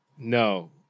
No